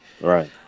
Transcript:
Right